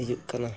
ᱦᱤᱡᱩᱜ ᱠᱟᱱᱟ